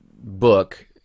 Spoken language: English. book